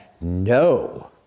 no